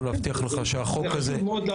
להבטיח לך שהחוק הזה --- זה חשוב לנו מאוד.